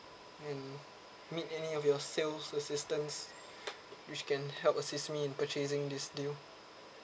and meet any of your sales assistance which can help assist me in purchasing this deal